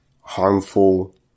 harmful